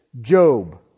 Job